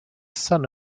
son